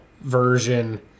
version